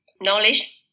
knowledge